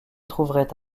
trouverait